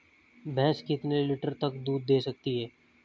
भैंस कितने लीटर तक दूध दे सकती है?